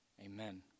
Amen